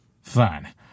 Fine